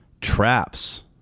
traps